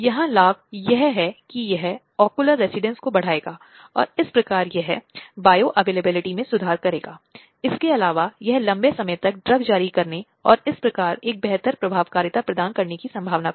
और वहां यह सूचना प्रौद्योगिकी अधिनियम भी हो सकता है जो इस उद्देश्य के लिए आ सकता है